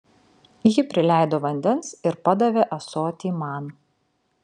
ji prileido vandens ir padavė ąsotį man